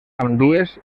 ambdues